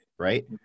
right